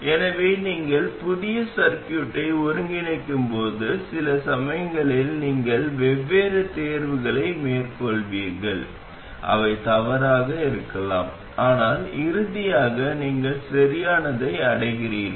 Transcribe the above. எனவே நீங்கள் புதிய சர்க்யூட்டை ஒருங்கிணைக்கும்போது சில சமயங்களில் நீங்கள் வெவ்வேறு தேர்வுகளை மேற்கொள்வீர்கள் அவை தவறாக இருக்கலாம் ஆனால் இறுதியாக நீங்கள் சரியானதை அடைகிறீர்கள்